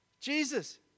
Jesus